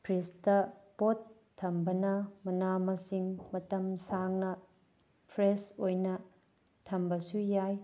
ꯐ꯭ꯔꯤꯖꯇ ꯄꯣꯠ ꯊꯝꯕꯅ ꯃꯅꯥ ꯃꯁꯤꯡ ꯃꯇꯝ ꯁꯥꯡꯅ ꯐ꯭ꯔꯦꯁ ꯑꯣꯏꯅ ꯊꯝꯕꯁꯨ ꯌꯥꯏ